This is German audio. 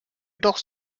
doch